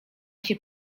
się